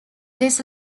this